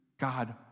god